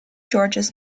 georges